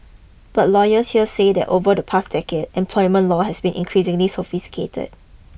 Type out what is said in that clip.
but lawyers here say that over the past decade employment law has become increasingly sophisticated